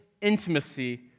intimacy